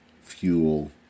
fuel